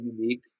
unique